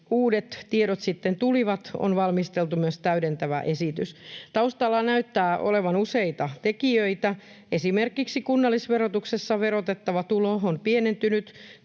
uudet tiedot sitten tulivat, valmisteltiin myös täydentävä esitys. Taustalla näyttää olevan useita tekijöitä: esimerkiksi kunnallisverotuksessa verotettava tulo on pienentynyt,